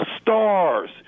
stars